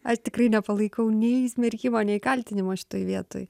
aš tikrai nepalaikau nei smerkimo nei kaltinimo šitoj vietoj